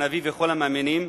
הנביא וכל המאמינים,